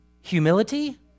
humility